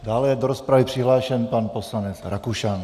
Dále je do rozpravy přihlášen pan poslanec Rakušan.